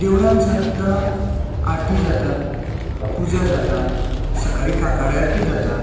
देवळांत सद्दां आरती जाता पूजा जाता सकाळी काकाड्या आरती जाता